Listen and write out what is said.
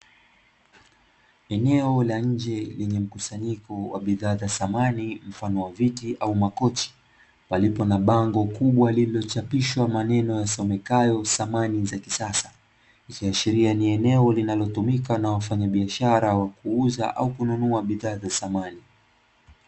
Eneo la nje lenye mkusanyiko wa bidhaa za samani mfano wa viti au makochi ,palipo na bango kubwa lililo chapishwa maneno ya somekayo samani za kisasa ikiashira ni eneo linalotumika na wafanya biashara wa kuuza au kununua bidhaa za samani.